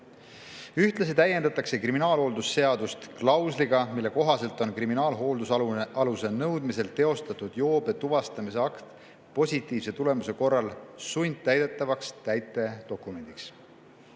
Ühtlasi täiendatakse kriminaalhooldusseadust klausliga, mille kohaselt on kriminaalhooldusaluse nõudmisel teostatud joobe tuvastamise akt positiivse tulemuse korral sundtäidetavaks täitedokumendiks.